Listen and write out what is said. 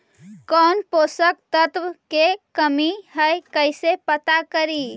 कौन पोषक तत्ब के कमी है कैसे पता करि?